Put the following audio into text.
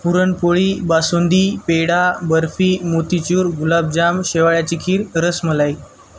पुरणपोळी बासुंदी पेडा बर्फी मोतीचूर गुलाबजाम शेवयाची खीर रसमलाई